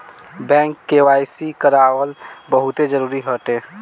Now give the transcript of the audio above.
bank KYC करावल बहुते जरुरी हटे